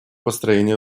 построении